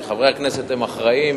כי חברי הכנסת הם אחראיים,